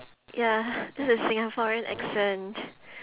ya this is singaporean accent